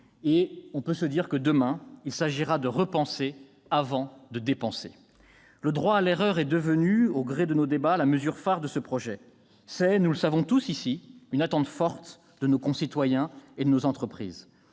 3 points de PIB. Demain, il s'agira de repenser avant de dépenser. Le droit à l'erreur est devenu, au gré de nos débats, la mesure phare de ce projet de loi. C'est, nous le savons tous, une attente forte de nos concitoyens et de nos entreprises.